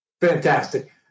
fantastic